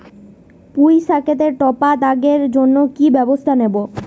পুই শাকেতে টপা দাগের জন্য কি ব্যবস্থা নেব?